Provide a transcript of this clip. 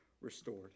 restored